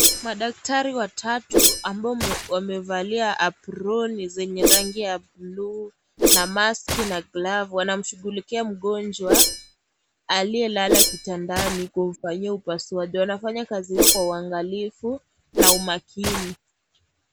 Madaktari watatu ambao wamevalia aproni zenye rangi ya bluu na maski na glovu wanamshughulikia mgonjwa aliyelala kitandani kumfanyia upasuaji. Wanafanya kazi hiyo kwa uangalifu na umakini.